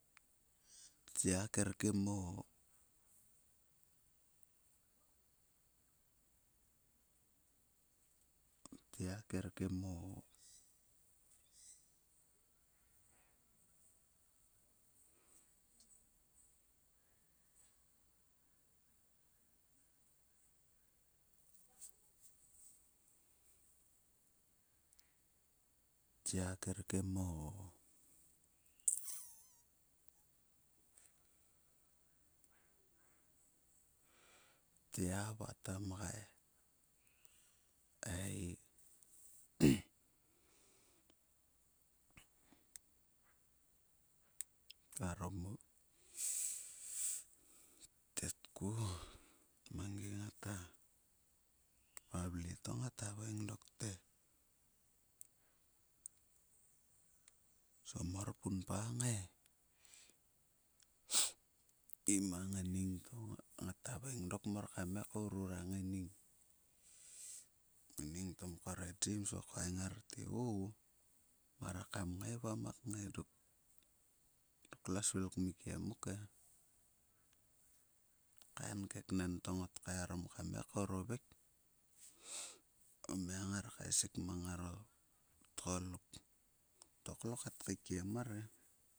Tya kir kim o tyaâ kir kim o, tya kir kim o. tya va ta mgai ei. Tetku o mangi ngata vle to ngata haveing dok te. Somor panpan ngai im a ngaining to. Ngat havaing dok kam ngai kourur a ngaining to mkor e jems va khaveng ngar te. O maurek kam ngai va muak ngai. Dok kla svil kmikiem muk e. A kain keknen to ngot kaeharom kam ngai kouruvik o mia ngar kaesik mang ngaro tgaluk. To klo kat keikiem mare.